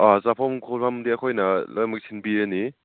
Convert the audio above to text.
ꯑꯥ ꯆꯥꯐꯝ ꯈꯣꯠꯐꯝꯗꯤ ꯑꯩꯈꯣꯏꯅ ꯂꯣꯏꯅꯃꯛ ꯁꯤꯟꯕꯤꯔꯅꯤ